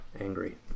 angry